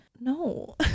No